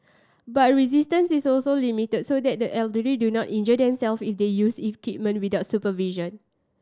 but resistance is also limited so that the elderly do not injure themself if they use equipment without supervision